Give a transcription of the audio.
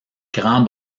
grand